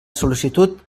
sol·licitud